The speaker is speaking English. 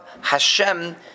Hashem